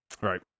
Right